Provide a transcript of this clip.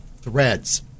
threads